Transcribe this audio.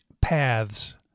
paths